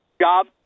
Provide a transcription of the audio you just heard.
job